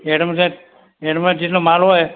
એન્ડમાં જેટલો માલ હોય